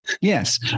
Yes